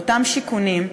באותם שיכונים,